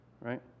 right